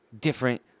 different